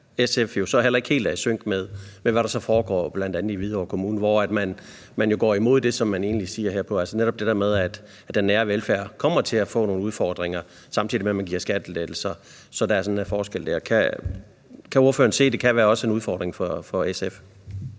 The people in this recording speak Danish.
SF jo så heller ikke helt er i sync med, hvad der bl.a. foregår i Hvidovre Kommune, hvor man jo går imod det, som man egentlig siger her, altså netop det der med, at den nære velfærd kommer til at få nogle udfordringer, samtidig med at man giver skattelettelser. Så der er der sådan en forskel. Kan ordføreren se, at det kan være en udfordring for SF?